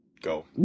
Go